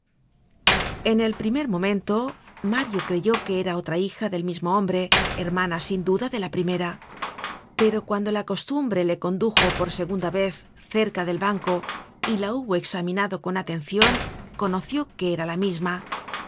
en el primer momento mario creyó que era otra hija del mismo hombre hermana sin duda de la primera pero cuando la costumbre le condujo por segunda vez cerca del banco y la hubo examinado con atencion conoció que era la misma